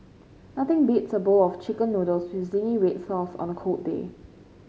nothing beats a bowl of chicken noodles with zingy red sauce on a cold day